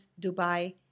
Dubai